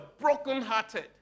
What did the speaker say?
brokenhearted